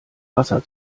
wasser